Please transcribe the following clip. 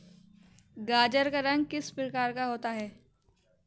गाजर का रंग किस प्रकार का होता है?